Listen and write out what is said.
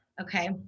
okay